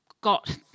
got